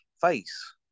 face